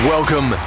Welcome